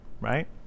right